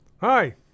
Hi